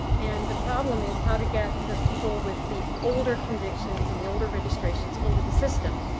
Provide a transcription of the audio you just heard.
and the problem is how to get the people with the older convictions and the older registrations into the system.